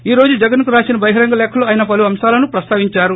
ఈ రోజు జగన్కు రాసిన బహిరంగ లేఖలో ఆయన పలు అంశాలను ప్రస్తావిందారు